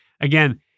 again